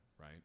right